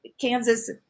Kansas